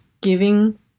giving